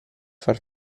fare